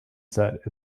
set